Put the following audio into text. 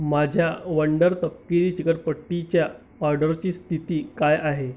माझ्या वंडर तपकिरी चिकटपट्टीच्या ऑर्डरची स्थिती काय आहे